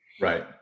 Right